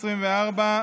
פ/2245/24.